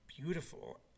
beautiful